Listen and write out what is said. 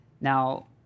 Now